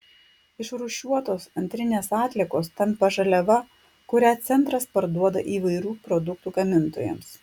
išrūšiuotos antrinės atliekos tampa žaliava kurią centras parduoda įvairių produktų gamintojams